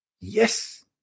Yes